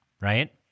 right